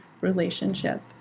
relationship